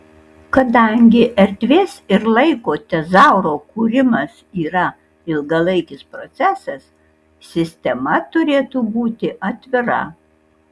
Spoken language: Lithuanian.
kadangi erdvės ir laiko tezauro kūrimas yra ilgalaikis procesas sistema turėtų būti atvira